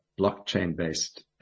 blockchain-based